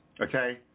Okay